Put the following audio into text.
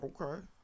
Okay